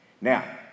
Now